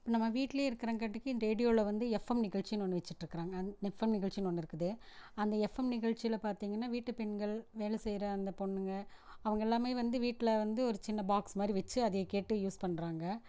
நம்ம வீட்லையே இருக்கிறங்காட்டிக்கு ரேடியோவில வந்து எஃப்எம் நிகழ்ச்சின்னு ஒன்று வச்சிட்டுருக்குறாங்க எஃப்எம் நிகழ்ச்சின்னு ஒன்று இருக்குது அந்த எஃப்எம் நிகழ்ச்சியில் பார்த்தீங்கன்னா வீட்டுப்பெண்கள் வேலை செய்யற அந்தப் பொண்ணுங்க அவங்கெல்லாமே வந்து வீட்டில் வந்து ஒரு சின்ன பாக்ஸ் மாரி வச்சு அதைய கேட்டு யூஸ் பண்ணுறாங்க